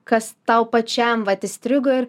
kas tau pačiam vat įstrigo ir